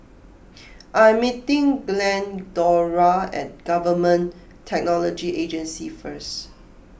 I am meeting Glendora at Government Technology Agency first